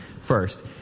first